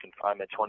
confinement